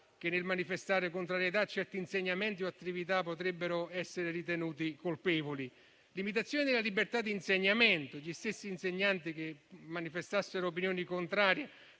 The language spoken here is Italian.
che, nel manifestare contrarietà a certi insegnamenti o attività, potrebbero essere ritenuti colpevoli. Limitazione della libertà di insegnamento: gli stessi insegnanti che manifestassero opinioni contrarie